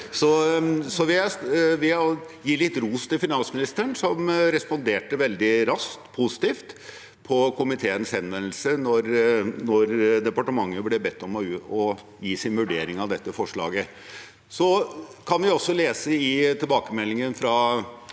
vil gi litt ros til finansministeren, som responderte veldig raskt – positivt – på komiteens henvendelse da departementet ble bedt om å gi sin vurdering av dette forslaget. Så kan vi også lese i tilbakemeldingen fra